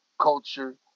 culture